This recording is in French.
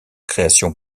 création